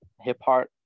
hip-hop